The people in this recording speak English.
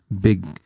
big